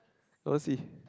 oversea